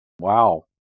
wow